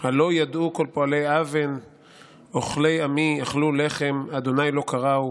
הלא יָדעו כל פֹעלי אָוֶן אֹכלי עמי אכלו לחם ה' לא קראו: